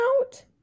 out